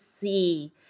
see